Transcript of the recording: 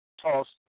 tossed